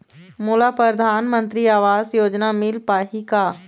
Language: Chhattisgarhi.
मोला परधानमंतरी आवास योजना मिल पाही का?